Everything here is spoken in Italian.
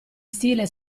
stile